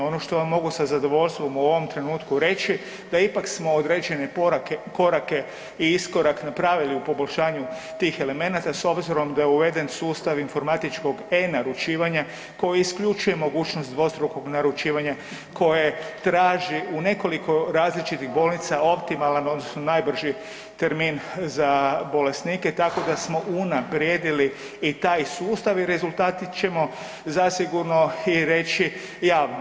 Ono što vam mogu sa zadovoljstvom u ovom trenutku reći, da ipak smo određene korake i iskorak napravili u poboljšanju tih elemenata, s obzirom da je uveden sustav informatičkog e-Naručivanja koji isključuje mogućnost dvostrukog naručivanja koje traži u nekoliko različitih bolnica optimalan odnosno najbrži termin za bolesnike, tako da smo unaprijedili i taj sustav i rezultate ćemo zasigurno i reći javno.